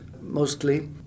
mostly